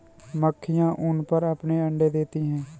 मक्खियाँ ऊन पर अपने अंडे देती हैं